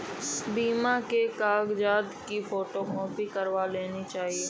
बीमा के कागजात की फोटोकॉपी करवा लेनी चाहिए